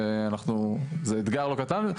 שזה אתגר לא קטן.